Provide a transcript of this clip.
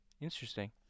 Interesting